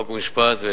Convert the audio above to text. חוק ומשפט,